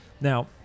now